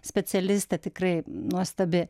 specialistė tikrai nuostabi